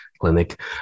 clinic